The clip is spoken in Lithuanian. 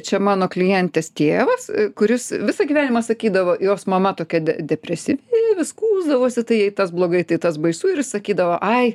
čia mano klientės tėvas kuris visą gyvenimą sakydavo jos mama tokia de depresyvi vis skųsdavosi tai jai tas blogai tai tas baisu ir jis sakydavo ai